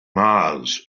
mars